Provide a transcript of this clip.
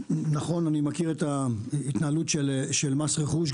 נכון, אני מכיר את ההתנהלות של מס רכוש.